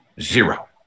Zero